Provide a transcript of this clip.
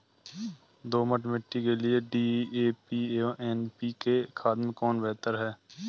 दोमट मिट्टी के लिए डी.ए.पी एवं एन.पी.के खाद में कौन बेहतर है?